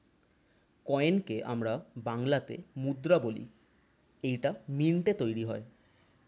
কয়েনকে আমরা বাংলাতে মুদ্রা বলি এবং এইটা মিন্টে তৈরী হয়